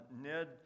Ned